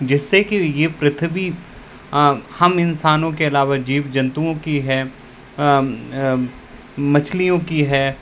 जिससे कि ये पृथ्वी हम इंसानों के अलावा जीव जंतुओं की है मछलियों की है